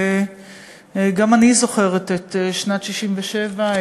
וגם אני זוכרת את שנת 1967,